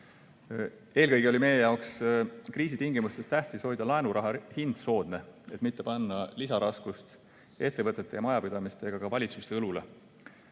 Eelkõige oli meie jaoks kriisitingimustes tähtis hoida laenuraha hind soodne, et mitte panna lisaraskust ettevõtete ja majapidamiste ega ka valitsuste õlule.